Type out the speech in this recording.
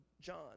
John